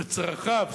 וצרכיו,